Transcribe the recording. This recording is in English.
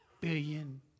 billion